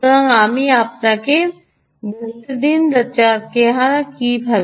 সুতরাং আমি আপনাকে দেখতে দিন যে চেহারা কিভাবে